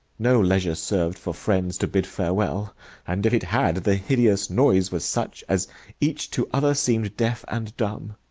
no leisure served for friends to bid farewell and, if it had, the hideous noise was such, as each to other seemed deaf and dumb.